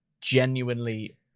genuinely